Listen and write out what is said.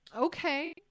Okay